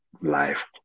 life